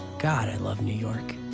god, i love new york.